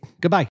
Goodbye